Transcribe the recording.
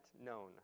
known